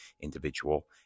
individual